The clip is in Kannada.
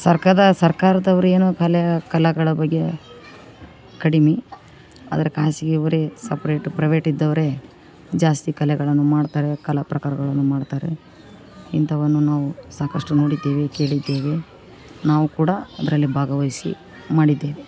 ಸರ್ಕದ ಸರ್ಕಾರದವ್ರು ಏನು ಕಲೆ ಕಲಾಗಳ ಬಗ್ಗೆ ಕಡಿಮೆ ಆದರೆ ಖಾಸಗಿ ಅವರೆ ಸಪ್ರೇಟ್ ಪ್ರವೇಟ್ ಇದ್ದೋರೇ ಜಾಸ್ತಿ ಕಲೆಗಳನ್ನು ಮಾಡ್ತಾರೆ ಕಲಾ ಪ್ರಕಾರಗಳನ್ನು ಮಾಡ್ತಾರೆ ಇಂಥವನ್ನು ನಾವು ಸಾಕಷ್ಟು ನೋಡಿದ್ದೇವೆ ಕೇಳಿದ್ದೇವೆ ನಾವು ಕೂಡ ಅದರಲ್ಲಿ ಭಾಗವಹಿಸಿ ಮಾಡಿದ್ದೇವೆ